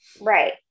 right